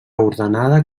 ordenada